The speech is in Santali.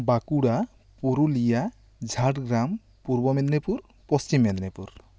ᱵᱟᱠᱩᱲᱟ ᱯᱩᱨᱩᱞᱤᱟ ᱡᱷᱟᱲᱜᱨᱟᱢ ᱯᱩᱨᱵᱚ ᱢᱤᱫᱱᱤᱯᱩᱨ ᱯᱚᱥᱪᱤᱢ ᱢᱮᱫᱱᱤᱯᱩᱨ